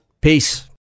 Peace